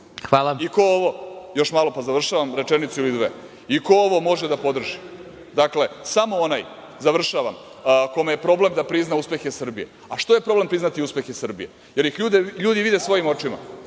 politički ovde? Još malo završavam, rečenicu ili dve. Ko ovo može da podrži? Dakle, samo onaj, završavam, kome je problem da prizna uspehe Srbije. Što je problem priznati uspehe Srbije, jer ih ljudi vide svojim očima?